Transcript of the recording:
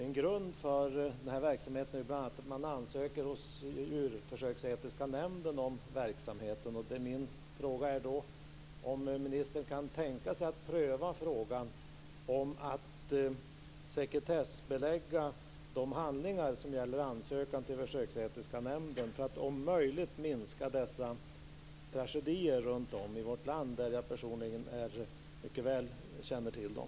En grund för den här verksamheten är ju bl.a. att man ansöker hos Djurförsöksetiska nämnden om verksamheten. Min fråga är: Kan ministern tänka sig att pröva frågan om att sekretessbelägga de handlingar som gäller ansökan till de försöksetiska nämnderna för att om möjligt minska dessa tragedier runt om i vårt land? Jag känner personligen mycket väl till dem.